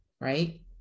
right